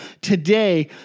today